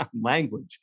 language